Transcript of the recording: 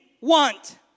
want